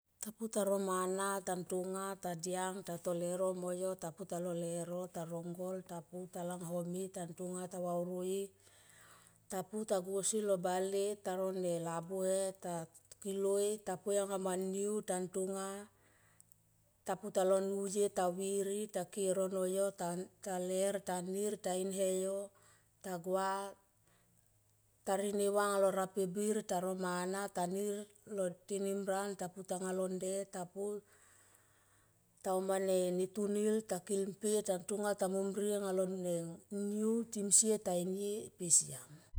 Ta pu ta ro mana tonga tadiang tato leuro mo yo ta pu talo leuro ta rong gol ta lang home tan tonga ta lang home ta varul ta puta go ausi lo bale ta ro ne labuhe ta kiloi ta poianga ma niu tan tonga ta putalo nuye to viri ta ki e roro yo ta ler ta nir ta in he yo ta gua. Ta rine va anga lo rape bir taro mana ta nir lo tenim ran ta pu tanga lo nde ta pu ta uma ne tanil ta kil mpe tan tonga ta mom rie lone niu timsie ta inie pe siam.